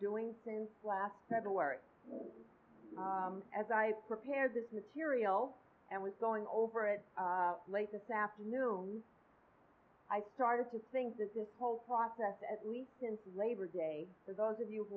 doing since last february as i prepared this material and was going over it late this afternoon i started to think that this whole process at least since labor day for those